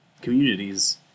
communities